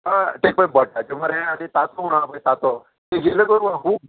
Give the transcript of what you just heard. हय ते पळय भटाचे मरे आनी तातूं म्हणजे तातो करपा खूब